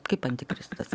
kaip antikristas